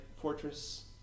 Fortress